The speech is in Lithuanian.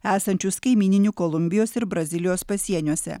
esančius kaimyninių kolumbijos ir brazilijos pasieniuose